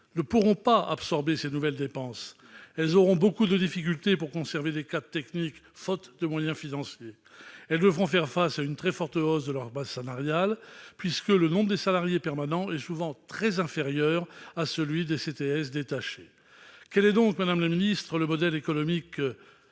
ne pourront pas absorber ces nouvelles dépenses. Elles auront beaucoup de difficultés à conserver des cadres techniques, faute de moyens financiers. Elles devront faire face à une très forte hausse de leur masse salariale, puisque le nombre des salariés permanents est souvent très inférieur à celui des CTS détachés. Quel est donc le modèle économique